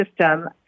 system